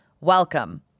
welcome